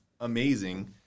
amazing